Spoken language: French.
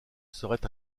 serait